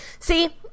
See